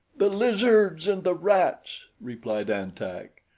the lizards and the rats, replied an-tak.